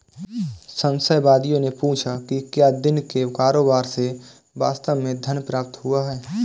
संशयवादियों ने पूछा कि क्या दिन के कारोबार से वास्तव में धन प्राप्त हुआ है